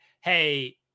hey